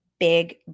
big